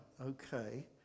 okay